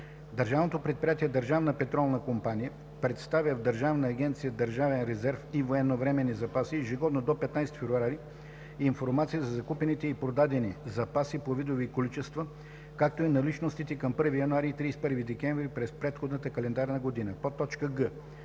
Държавното предприятие „Държавна петролна компания“ представя в Държавна агенция „Държавен резерв и военновременни запаси“ ежегодно до 15-ти февруари информация за закупените и продадени запаси по видове и количества, както и наличностите към 1 януари и 31 декември през предходната календарна година.“;